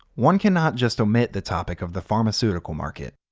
one cannot just omit the topic of the pharmaceutical market.